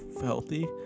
healthy